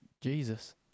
Jesus